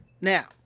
Now